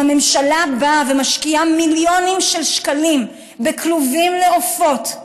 אם הממשלה באה ומשקיעה מיליונים של שקלים בכלובים לעופות,